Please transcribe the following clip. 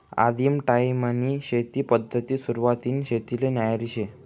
आदिम टायीमनी शेती पद्धत सुरवातनी शेतीले न्यारी शे